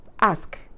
ask